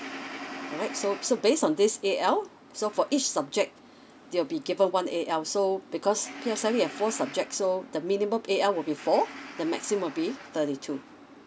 okay so so based on this A L so for each subject they will be given one A L so because P_S_L_E have a four subject so the minimum A L will be four the maximum will be thirty two